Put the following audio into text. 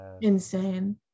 insane